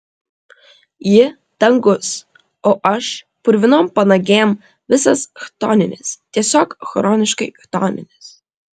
ji dangus o aš purvinom panagėm visas chtoninis tiesiog chroniškai chtoninis